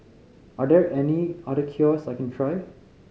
are there any other cures I can try